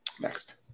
Next